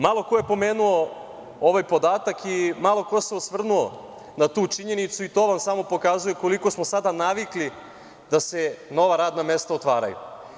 Malo ko je pomenuo ovaj podatak i malo ko se osvrnuo na tu činjenicu i to vam samo pokazuje koliko smo sada navikli da se nova radna mesta otvaraju.